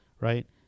right